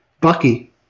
Bucky